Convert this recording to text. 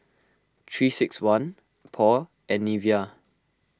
three six one Paul and Nivea